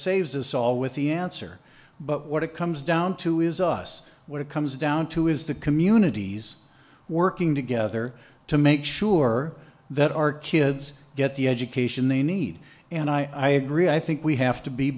saves us all with the answer but what it comes down to is us what it comes down to is the communities working together to make sure that our kids get the education they need and i agree i think we have to be